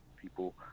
people